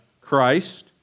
Christ